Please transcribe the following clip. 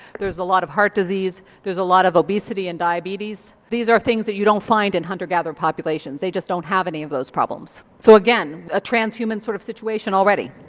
there's a lot of heart disease, there's a lot of obesity and diabetes. these are things that you don't find in hunter gatherer populations, they just don't have any of those problems. so again a transhuman sort of situation already.